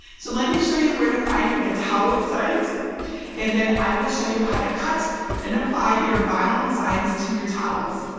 so let me show you where to find the towel designs and then i will show so you how to cut and apply your vinyl designs to your towels.